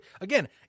again